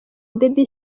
baby